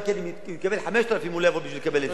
גם אם הוא יקבל 5,000 הוא לא יבוא בשביל לקבל את זה.